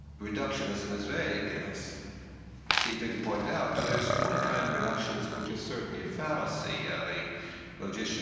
reductionism is vague, as steve pinker pointed out, but there is one kind of reductions, which is certainly a fallacy, the logician